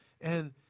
And-